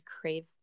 crave